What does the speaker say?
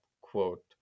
quote